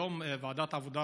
היום ועדת העבודה,